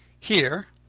here,